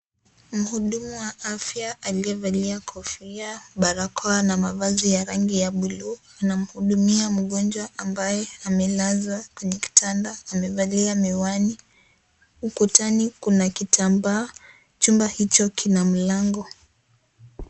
Mhudumu wa afya aliyevalia kofia, barakoa na mavazi ya rangi ya buluu anamhudumia mgonjwa ambaye amelazwa kwenye kitanda. Amevalia miwani. Ukutani kuna kitambaa. Chumba hicho kina mlango.